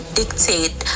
dictate